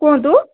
କୁହନ୍ତୁ